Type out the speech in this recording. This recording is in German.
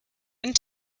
einen